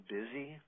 busy